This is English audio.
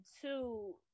two